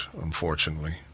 unfortunately